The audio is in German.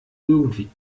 irgendwie